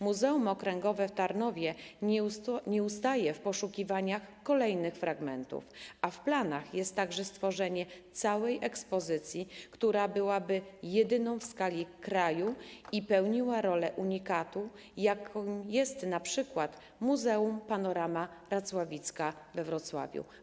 Muzeum okręgowe w Tarnowie nie ustaje w poszukiwaniach kolejnych fragmentów, a w planach jest także stworzenie całej ekspozycji, która byłaby jedyną taką w skali kraju i pełniłaby rolę unikatu, jakim jest np. muzeum Panorama Racławicka we Wrocławiu.